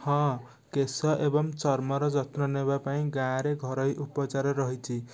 ହଁ କେଶ ଏବଂ ଚର୍ମର ଯତ୍ନ ନେବାପାଇଁ ଗାଁରେ ଘରୋଇ ଉପଚାର ରହିଛି